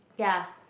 ya